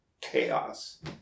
chaos